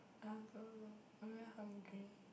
I also I very hungry